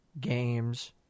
Games